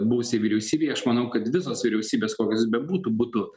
buvusiai vyriausybei aš manau kad visos vyriausybės kokios bebūtų būtų